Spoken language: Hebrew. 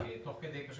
תוך כדי,